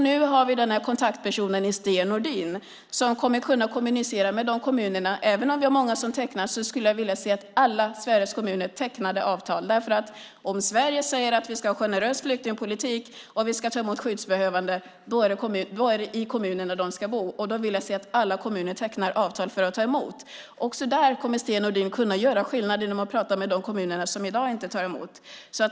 Vi har nu kontaktpersonen Sten Nordin som kommer att kunna kommunicera med de kommunerna. Även om många tecknar avtal skulle jag vilja se att alla Sveriges kommuner tecknar avtal. Om Sverige säger att vi ska ha en generös flyktingpolitik och ta emot skyddsbehövande är det i kommunerna de ska bo. Därför vill jag se att alla kommuner tecknar avtal för att ta emot. Där kommer Sten Nordin att kunna göra skillnad genom att prata med de kommuner som i dag inte tar emot.